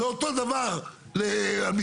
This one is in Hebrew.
ואותו דבר למשרד,